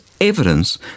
evidence